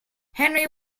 henry